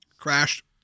Crashed